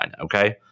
okay